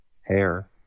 hair